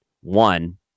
one